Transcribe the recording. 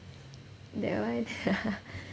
that one